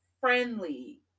friendly